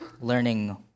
learning